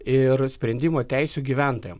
ir sprendimo teisių gyventojam